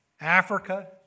Africa